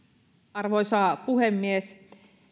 arvoisa puhemies